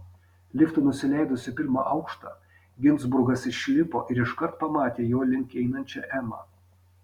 liftui nusileidus į pirmą aukštą ginzburgas išlipo ir iškart pamatė jo link einančią emą